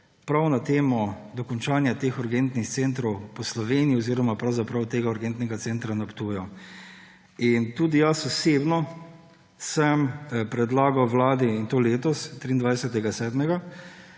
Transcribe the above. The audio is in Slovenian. prav na temo dokončanja teh urgentnih centrov po Sloveniji oziroma pravzaprav tega urgentnega centra na Ptuju. Tudi jaz osebno sem predlagal Vladi, in to letos 23.